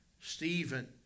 Stephen